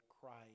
Christ